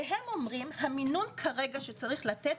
והם אומרים: זה המינון כרגע שצריך לתת,